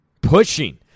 pushing